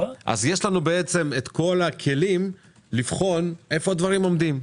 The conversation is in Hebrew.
אז יש לנו את כל הכלים לבחון איפה הדברים עומדים.